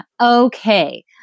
Okay